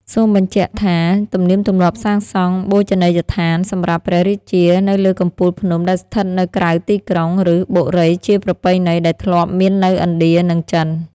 សូមបញ្ជាក់ថា ទំនៀមទម្លាប់សាងសង់ បូជនីយដ្ឋានសម្រាប់ព្រះរាជា នៅលើកំពូលភ្នំដែលស្ថិតនៅក្រៅទីក្រុង ឬ បុរីជាប្រពៃណី ដែលធ្លាប់មាននៅឥណ្ឌា និងចិន ។